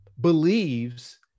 believes